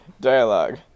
Dialogue